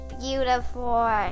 beautiful